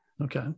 Okay